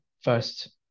first